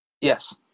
Yes